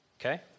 Okay